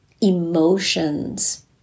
emotions